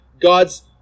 God's